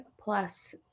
plus